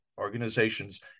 organizations